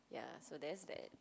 ya so that's that